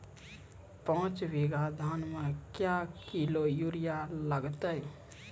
पाँच बीघा धान मे क्या किलो यूरिया लागते?